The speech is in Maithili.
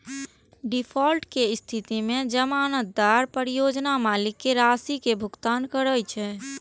डिफॉल्ट के स्थिति मे जमानतदार परियोजना मालिक कें राशि के भुगतान करै छै